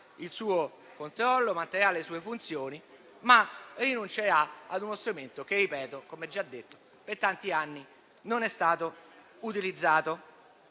il suo controllo e le sue funzioni, ma rinuncerà a uno strumento che - come ho già detto - per tanti anni non è stato utilizzato.